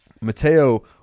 Mateo